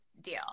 deal